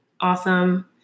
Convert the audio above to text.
Awesome